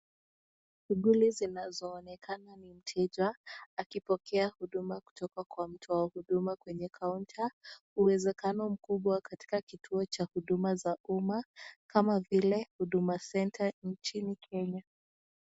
Shughuli zinazoonekana ni mteja akipokea huuma kutoka kwa mtu wa huduma kwenye kaunta, uwezekano mkubwa katika kituo cha uduma za umma, kama vile huduma centre nchini Kenya.